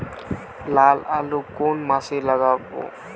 লাল আলু কোন মাসে লাগাব?